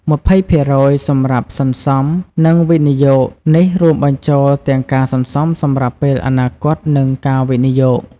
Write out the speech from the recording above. ២០% សម្រាប់សន្សំ និងវិនិយោគនេះរួមបញ្ចូលទាំងការសន្សំសម្រាប់ពេលអនាគត និងការវិនិយោគ។